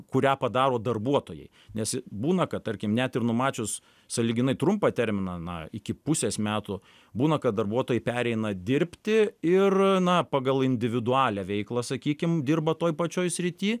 kurią padaro darbuotojai nes būna kad tarkim net ir numačius sąlyginai trumpą terminą na iki pusės metų būna kad darbuotojai pereina dirbti ir na pagal individualią veiklą sakykim dirba toj pačioj srity